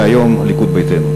והיום הליכוד ביתנו.